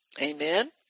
Amen